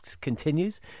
continues